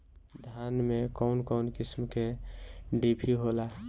धान में कउन कउन किस्म के डिभी होला?